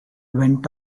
went